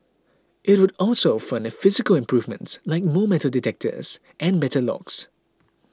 it would also fund physical improvements like more metal detectors and better locks